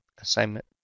assignment